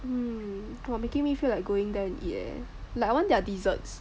um !wah! making me feel like going there to eat eh like I want their desserts